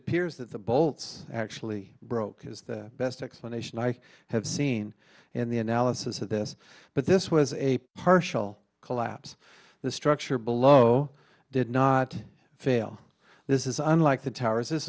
appears that the bolts actually broke because the best explanation i have seen in the analysis of this but this was a partial collapse the structure below did not fail this is unlike the towers this